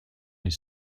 les